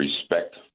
respect